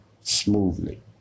smoothly